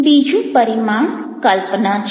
બીજું પરિમાણ કલ્પના છે